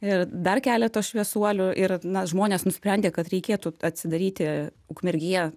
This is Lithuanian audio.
ir dar keleto šviesuolių ir na žmonės nusprendė kad reikėtų atsidaryti ukmergėje